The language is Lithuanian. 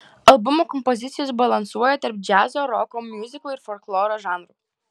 albumo kompozicijos balansuoja tarp džiazo roko miuziklo ir folkloro žanrų